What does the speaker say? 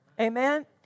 Amen